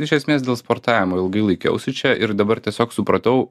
iš esmės dėl sportavimo ilgai laikiausi čia ir dabar tiesiog supratau